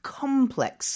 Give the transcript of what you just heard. complex